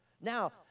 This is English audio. Now